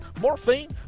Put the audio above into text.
morphine